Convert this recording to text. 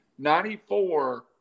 94